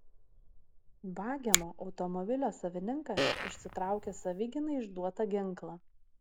vagiamo automobilio savininkas išsitraukė savigynai išduotą ginklą